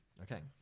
Okay